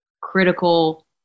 critical